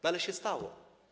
No ale się stało.